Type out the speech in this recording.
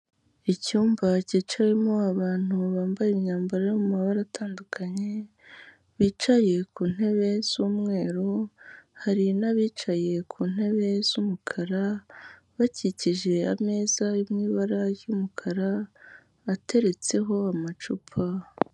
Icyumba cyicayemo abantu bambaye imyambaro yo mu mabara atandukanye, bicaye ku ntebe z'umweru, hari n'abicaye ku ntebe z'umukara, bakikije ameza ari mu ibara ry'umukara, ateretseho amacupa.